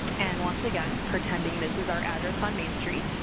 and once again pretending this is our address on main street,